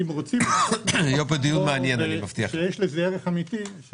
אם רוצים לעשות דבר שיש לו ערך אמיתי אז